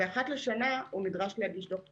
אחת לשנה הוא נדרש להגיש דוח תקופתי.